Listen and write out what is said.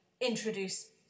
introduce